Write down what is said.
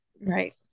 right